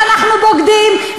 ואל תגידו לנו שאנחנו בוגדים,